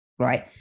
right